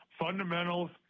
fundamentals